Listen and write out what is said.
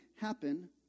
happen